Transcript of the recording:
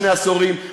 שני עשורים,